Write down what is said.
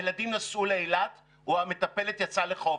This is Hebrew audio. הילדים נסעו לאילת או המטפלת יצאה לחופש.